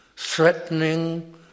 Threatening